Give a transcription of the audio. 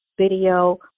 video